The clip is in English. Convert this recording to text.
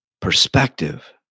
Perspective